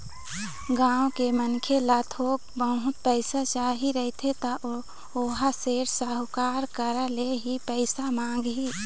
गाँव के मनखे ल थोक बहुत पइसा चाही रहिथे त ओहा सेठ, साहूकार करा ले ही पइसा मांगही